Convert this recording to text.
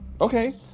Okay